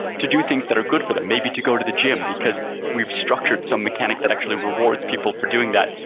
to do things that are good for them, maybe to go to the gym because we've structured some mechanic that actually rewards people for doing that.